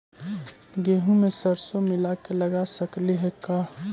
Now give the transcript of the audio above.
गेहूं मे सरसों मिला के लगा सकली हे का?